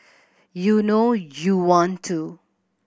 you know you want to